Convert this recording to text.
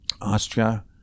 Austria